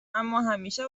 اماهمیشه